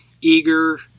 eager